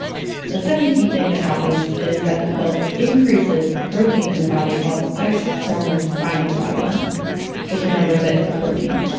the second key thing that happens is that the pill increases a protein in the body called sex hormone binding globulin just remember that it's a protein.